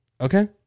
Okay